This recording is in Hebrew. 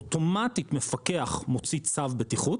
אוטומטית מפקח מוציא צו בטיחות.